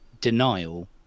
denial